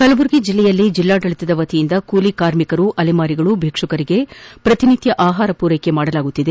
ಕಲಬುರಗಿ ಜಿಲ್ಲೆಯಲ್ಲಿ ಜಿಲ್ಲಾಡಳಿತದ ವತಿಯಿಂದ ಕೂಲಿ ಕಾರ್ಮಿಕರು ಅಲೆಮಾರಿಗಳು ಭಿಕ್ಷುಕರಿಗೆ ಪ್ರತಿನಿತ್ಯ ಆಹಾರ ಸರಬರಾಜು ಮಾಡಲಾಗುತ್ತಿದೆ